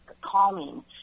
calming